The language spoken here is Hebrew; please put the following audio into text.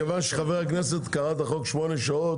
מכיוון שחבר הכנסת קרא את החוק שמונה שעות,